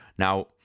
Now